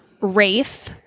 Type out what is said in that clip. Rafe